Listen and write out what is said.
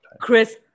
Chris